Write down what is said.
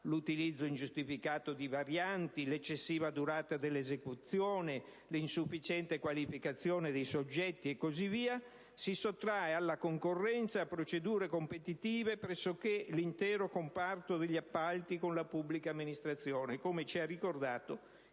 utilizzo ingiustificato di varianti, eccessiva durata delle esecuzioni, insufficiente qualificazione dei soggetti) si sottrae alla concorrenza e a procedure competitive pressoché l'intero comparto degli appalti con la pubblica amministrazione, come ha ricordato